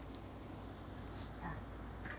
ya